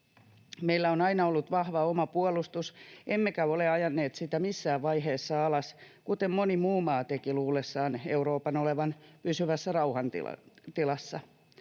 Meillä on aina ollut vahva oma puolustus, emmekä ole ajaneet sitä missään vaiheessa alas, kuten moni muu maa teki luullessaan Euroopan olevan pysyvässä rauhan tilassa.